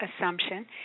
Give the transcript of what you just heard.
assumption